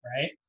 right